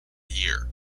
year